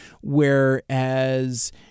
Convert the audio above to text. whereas